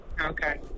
Okay